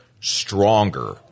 stronger